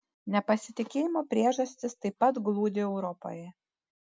nepasitikėjimo priežastys taip pat glūdi europoje